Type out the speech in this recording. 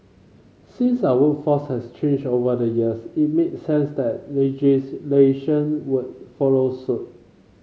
since our workforce has changed over the years it makes sense that legislation would follow suit